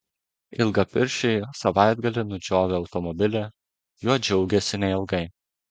ilgapirščiai savaitgalį nudžiovę automobilį juo džiaugėsi neilgai